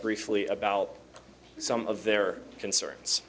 briefly about some of their concerns